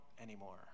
anymore